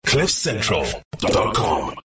cliffcentral.com